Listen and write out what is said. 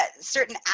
certain